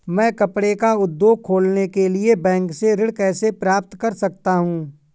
मैं कपड़े का उद्योग खोलने के लिए बैंक से ऋण कैसे प्राप्त कर सकता हूँ?